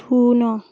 ଶୂନ